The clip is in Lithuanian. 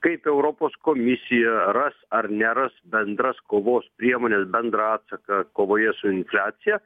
kaip europos komisija ras ar neras bendras kovos priemones bendrą atsaką kovoje su infliacija